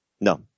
No